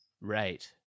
Right